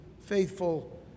faithful